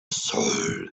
soul